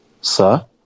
sir